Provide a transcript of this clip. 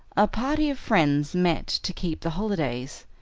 a party of friends met to keep the holidays,